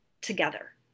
together